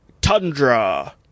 Tundra